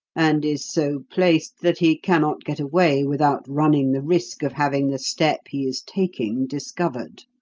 and is so placed that he cannot get away without running the risk of having the step he is taking discovered.